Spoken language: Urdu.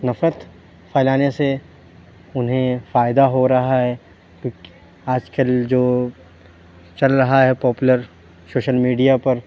نفرت پھیلانے سے اُنہیں فائدہ ہو رہا ہے آج کل جو چل رہا ہے پاپولر سوشل میڈیا پر